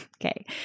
Okay